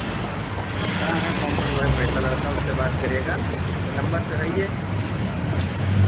हाँ हाँ काउंटर वही पे रहता लड़का उनसे बात करिएगा या नम्बर तो है ही है बात